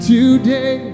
Today